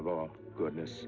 of all goodness